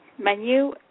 menu